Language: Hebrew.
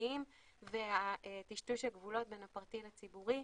הסיכוניים וטשטוש הגבולות בין הפרטי לציבורי.